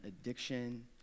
addiction